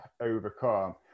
overcome